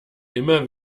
immer